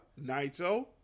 Naito